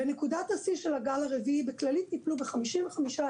בנקודת השיא של הגל הרביעי בכללית טיפלו ב-55,000